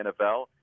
NFL